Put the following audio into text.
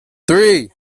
three